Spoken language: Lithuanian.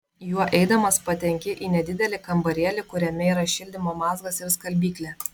juo eidamas patenki į nedidelį kambarėlį kuriame yra šildymo mazgas ir skalbyklė